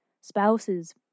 spouses